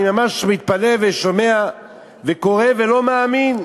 אני ממש מתפלא ושומע וקורא ולא מאמין.